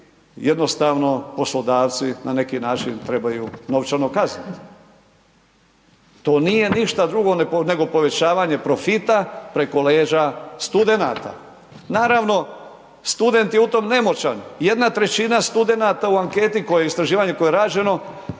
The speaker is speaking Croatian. jednostavno poslodavci, na neki način trebaju novčano kazniti. To nije ništa drugo nego povećavanje profita preko leđa studenata. Naravno, student je u tom nemoćan. Jedna trećina studenata u anketi koja istraživanje koje je rađeno,